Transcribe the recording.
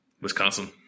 Wisconsin